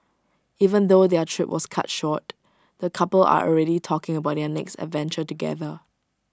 even though their trip was cut short the couple are already talking about their next adventure together